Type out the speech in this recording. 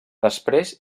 després